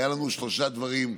היו לנו שלושה דברים,